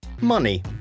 Money